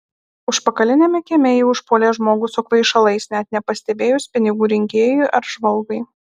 užpakaliniame kieme jie užpuolė žmogų su kvaišalais net nepastebėjus pinigų rinkėjui ar žvalgui